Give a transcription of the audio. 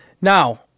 Now